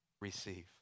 receive